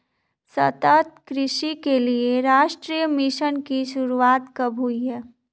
सतत कृषि के लिए राष्ट्रीय मिशन की शुरुआत कब हुई?